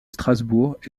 strasbourg